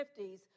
1950s